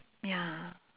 ya